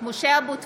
(קוראת בשם חבר הכנסת) משה אבוטבול,